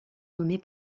nommés